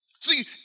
See